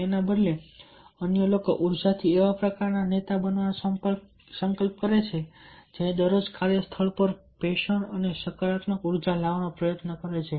તેના બદલે અન્ય લોકો ઉર્જા થી એવા પ્રકારના નેતા બનવાનો સંકલ્પ કરો કે જે દરરોજ કાર્યસ્થળ પર પેશન અને સકારાત્મક ઉર્જા લાવવાનો પ્રયત્ન કરે છે